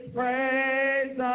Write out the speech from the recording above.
praise